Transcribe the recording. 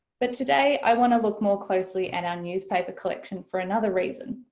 but today i want to look more closely at our newspaper collection for another reason.